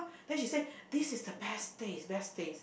then she say this is the best taste best taste